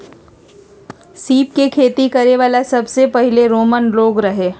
सीप के खेती करे वाला सबसे पहिले रोमन लोग रहे